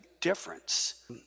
difference